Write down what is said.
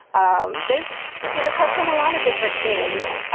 um they you know touched on a lot of different things.